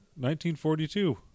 1942